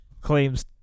claims